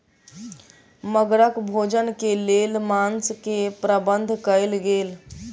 मगरक भोजन के लेल मांस के प्रबंध कयल गेल